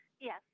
Yes